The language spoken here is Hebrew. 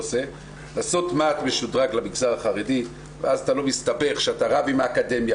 לעשות מה"ט משודרג למגזר החרדי ואז אתה לא מסתבך כשאתה רב עם האקדמיה,